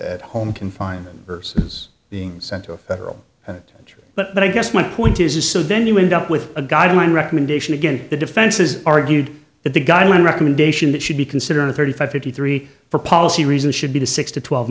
at home confinement versus being sent to a federal judge but i guess my point is so then you end up with a guideline recommendation again the defense is argued that the guideline recommendation that should be considered a thirty five fifty three for policy reason should be the six to twelve